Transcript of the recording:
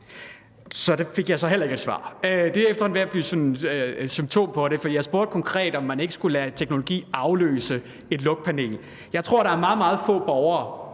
Så der fik jeg så heller ikke et svar. Det er efterhånden ved at blive et symptom på det, for jeg spurgte konkret, om man ikke skulle lade teknologi afløse et lugtpanel. Jeg tror, der er meget, meget få borgere,